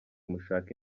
mushake